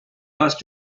lost